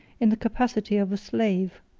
in the capacity of a slave.